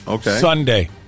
Sunday